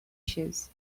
shoes